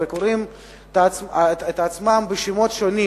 וקוראים לעצמם בשמות שונים,